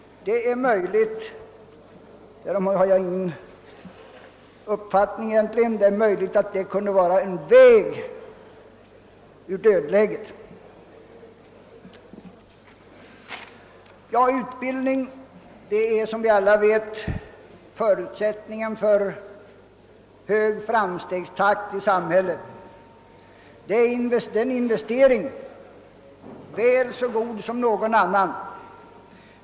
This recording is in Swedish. Det är möjligt — härom har jag ingen bestämd uppfattning — att detta kunde vara en väg ut ur dödläget. Utbildning är som vi alla vet förutsättningen för hög framstegstakt i samhället och en investering väl så god som någon annan.